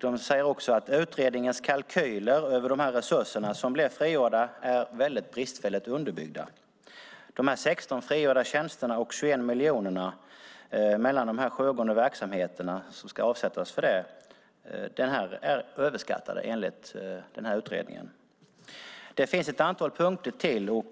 De säger också att utredningens kalkyler över de resurser som blir frigjorda är väldigt bristfälligt underbyggda. Dessa 16 frigjorda tjänster och 21 miljoner som ska avsättas för de sjögående verksamheterna är överskattade enligt den här utredningen. Det finns ett antal punkter till.